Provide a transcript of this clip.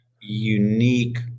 unique